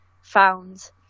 found